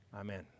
Amen